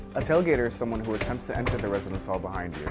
a tailgater is someone who attempts to enter the residence hall behind